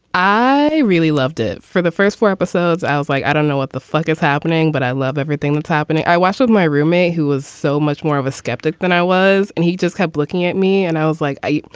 i really loved it for the first four episodes. i was like, i don't know what the fuck is happening, but i love everything that's happening. i was with my roommate who was so much more of a skeptic than i was. and he just kept looking at me and i was like, i.